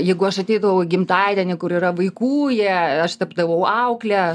jeigu aš ateidavau į gimtadienį kur yra vaikų jie aš tapdavau aukle